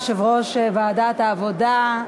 יושב-ראש ועדת העבודה,